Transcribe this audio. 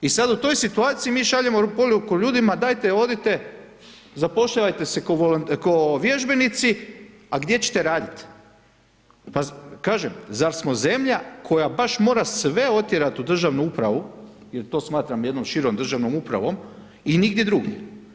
I sada u toj situaciju, mi šaljemo poruku ljudima, dajte odite, zapošljavajte se ko vježbenici, a gdje ćete raditi, pa kažem, zar smo zemlja koja baš mora sve otjerati u državnu upravu, jer to smatram jednom širom državnom upravom i nigdje drugdje.